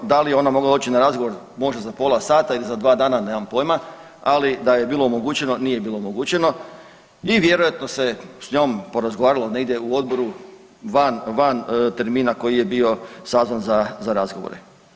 Da li je ona mogla doći na razgovor možda za pola sata ili za dva dana, nemam pojma, ali da joj je bilo omogućeno nije bilo omogućeno i vjerojatno se s njom porazgovaralo negdje u odboru van termina koji je bio sazvan za razgovore.